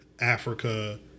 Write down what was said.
Africa